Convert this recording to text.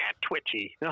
twitchy